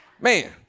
man